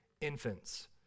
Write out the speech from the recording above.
infants